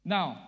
Now